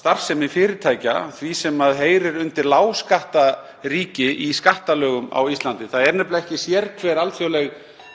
starfsemi fyrirtækja því sem heyrir undir lágskattaríki í skattalögum á Íslandi. Það er nefnilega ekki sérhver alþjóðleg